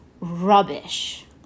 rubbish